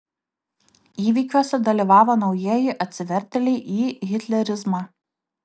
įvykiuose dalyvavo naujieji atsivertėliai į hitlerizmą